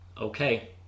okay